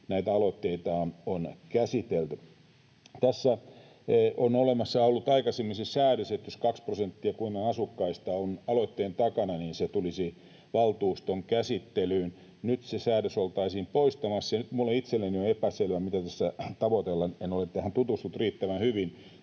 näitä aloitteita on käsitelty. Tässä on aikaisemmin ollut olemassa säädös, että jos 2 prosenttia kunnan asukkaista on aloitteen takana, niin se tulisi valtuuston käsittelyyn. Nyt se säädös oltaisiin poistamassa, ja nyt minulle itselleni on epäselvää, mitä tässä tavoitellaan, en ole tutustunut tähän riittävän hyvin.